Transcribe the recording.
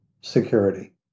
security